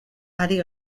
ari